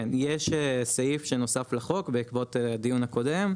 כן, יש סעיף שנוסף לחוק בעקבות הדיון הקודם.